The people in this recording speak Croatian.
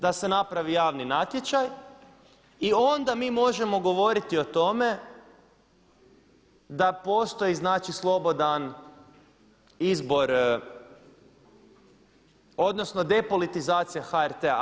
Da se napravi javni natječaj i onda mi možemo govoriti o tome da postoji znači slobodan izbor odnosno depolitizacija HRT-a.